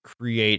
create